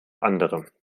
andere